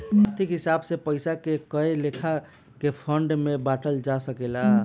आर्थिक हिसाब से पइसा के कए लेखा के फंड में बांटल जा सकेला